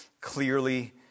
clearly